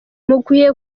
mukwiye